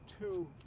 two